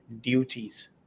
duties